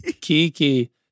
Kiki